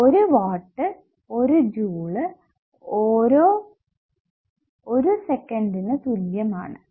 1 watt 1 joule per 1 സെക്കന്റിനു തുല്യം ആണ്